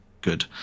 good